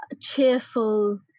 cheerful